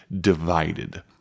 Divided